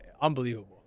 unbelievable